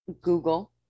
Google